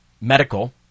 medical